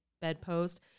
bedpost